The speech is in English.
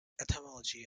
etymology